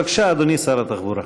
בבקשה, אדוני שר התחבורה.